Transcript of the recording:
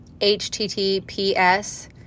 HTTPS